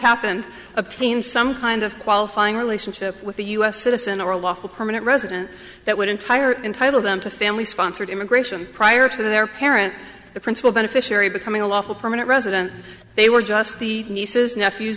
happened obtain some kind of qualifying relationship with a u s citizen or a lawful permanent resident that would entire entitle them to family sponsored immigration prior to their parent the principal beneficiary becoming a lawful permanent resident they were just the nieces nephews